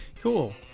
Cool